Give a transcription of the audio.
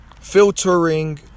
filtering